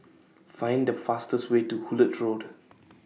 Find The fastest Way to Hullet Road